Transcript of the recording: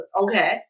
okay